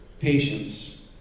Patience